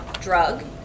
drug